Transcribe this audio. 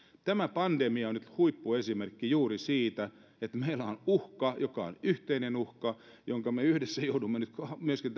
tämä pandemia on nyt huippuesimerkki juuri siitä että meillä on uhka joka on yhteinen uhka ja jonka haasteeseen me joudumme nyt myöskin